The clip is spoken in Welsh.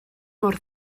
mor